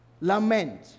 lament